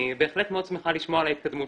אני בהחלט מאוד שמחה לשמוע על ההתקדמות.